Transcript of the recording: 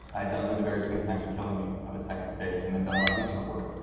i had done lynda barry's good times are killing me, up at second stage, and then done a lot of regional work.